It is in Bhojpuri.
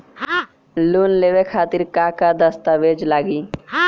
लोन लेवे खातिर का का दस्तावेज लागी?